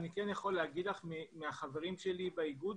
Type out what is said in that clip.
אני כן יכול להגיד לך מהחברים שלי באיגוד